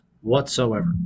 whatsoever